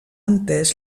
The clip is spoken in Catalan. entès